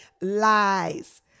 Lies